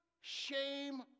Shame